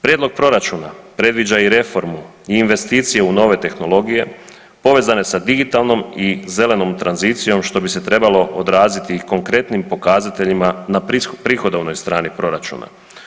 Prijedlog proračuna predviđa i reformu i investicije u nove tehnologije povezane sa digitalnom i zelenom tranzicijom što bi se trebalo odraziti i konkretnim pokazateljima na prihodovnoj strani proračuna.